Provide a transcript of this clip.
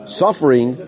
suffering